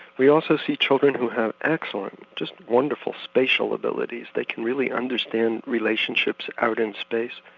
we also see children who have excellent, just wonderful spatial abilities they can really understand relationships out in space,